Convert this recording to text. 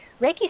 Reiki